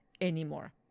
anymore